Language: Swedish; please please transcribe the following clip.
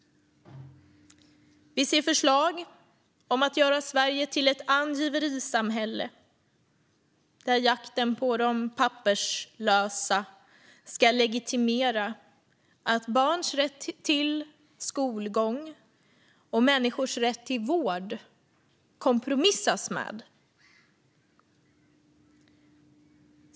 Vi ser förslag om att göra Sverige till ett angiverisamhälle, där jakten på de papperslösa ska legitimera att man kompromissar om barns rätt till skolgång och människors rätt till vård.